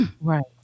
Right